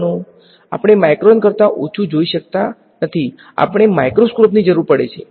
આપણે માઇક્રોન કરતાં ઓછું જોઈ શકતા નથી આપણને માઇક્રોસ્કોપની જરૂર પડે છે